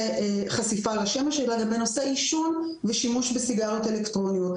בנושא חשיפה לשמש אלא גם בנושא עישון ושימוש בסיגריות אלקטרוניות.